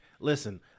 listen